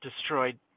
destroyed